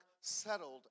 settled